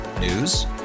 News